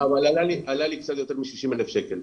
עלה לי קצת יותר משישים אלף שקל.